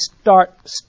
start